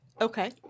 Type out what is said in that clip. Okay